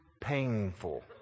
painful